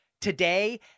today